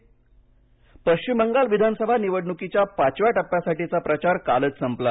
पश्चिम बंगाल पश्चिम बंगाल विधानसभा निवडणुकीच्या पाचव्या टप्प्यासाठीचा प्रचार कालच संपला